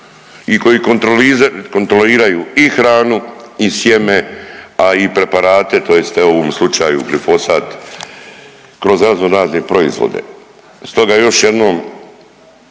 i koji kontroliraju i hranu i sjeme, a i preparate, tj. evo u ovom slučaju glifosat kroz razno razne proizvode. Stoga još jednom